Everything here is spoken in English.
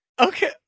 Okay